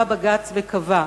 בא בג"ץ וקבע: